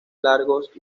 largos